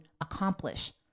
accomplish